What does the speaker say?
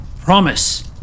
Promise